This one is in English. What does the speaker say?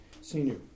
senior